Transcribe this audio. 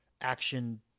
action